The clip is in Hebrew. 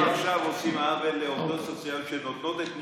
אנחנו עכשיו עושים עוול לעובדות סוציאליות שנותנות את נשמתן.